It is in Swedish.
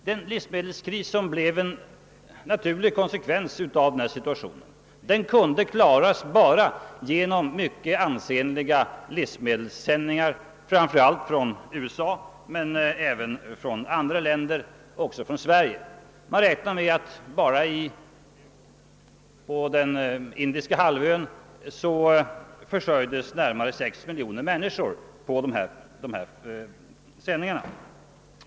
Den livsmedelskris som blev en naturlig konsekvens av denna situation kunde klaras endast genom mycket ansenliga livsmedelssändningar framför allt från USA, men även från andra länder, bland dem Sverige. Man räknar med att enbart på den indiska halvön försörjdes närmare sex miljoner människor genom dessa sändningar.